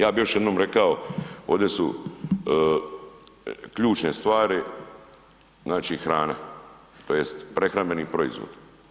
Ja bi još jednom rekao ovde su ključne stvari, znači hrana tj. prehrambeni proizvodi.